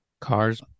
Cars